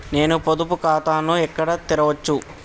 నేను పొదుపు ఖాతాను ఎక్కడ తెరవచ్చు?